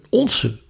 onze